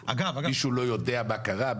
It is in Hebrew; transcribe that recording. מישהו לא יודע מה קרה?